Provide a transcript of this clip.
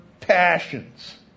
passions